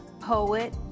poet